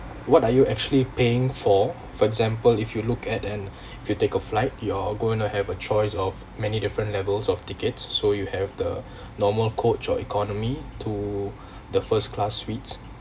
what are you actually paying for for example if you look at and if you take a flight you're going to have a choice of many different levels of tickets so you have the normal coach or economy to the first-class suites